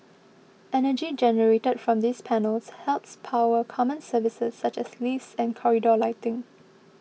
energy generated from these panels helps power common services such as lifts and corridor lighting